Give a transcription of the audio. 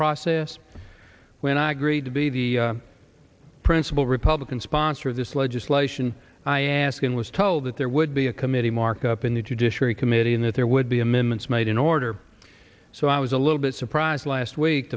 process when i agreed to be the principal republican sponsor of this legislation i ask and was told that there would be a committee markup in the judiciary committee and that there would be a minutes made in order so i was a little bit surprised last week